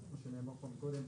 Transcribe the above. כמו שנאמר פה מקודם,